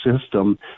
system